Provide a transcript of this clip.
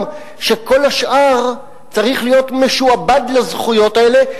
שכל השאר צריך להיות משועבד לזכויות האלה,